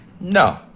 No